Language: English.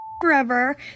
forever